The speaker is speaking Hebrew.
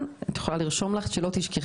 את יכולה לרשום לך את הדברים כדי שלא תשכחי.